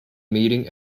meeting